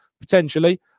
potentially